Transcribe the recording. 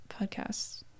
podcasts